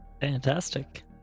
Fantastic